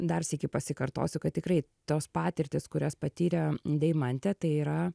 dar sykį pasikartosiu kad tikrai tos patirtys kurias patyrė deimantė tai yra